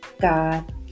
God